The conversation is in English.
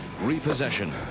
repossession